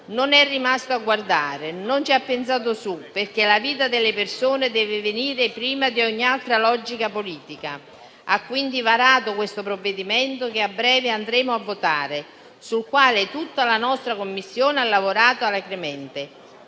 non è rimasto a guardare, non ci ha pensato su, perché la vita delle persone deve venire prima di ogni altra logica politica. Ha quindi varato il provvedimento che a breve andremo a votare, sul quale tutta la nostra Commissione ha lavorato alacremente,